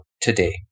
today